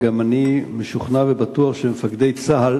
וגם אני משוכנע ובטוח שמפקדי צה"ל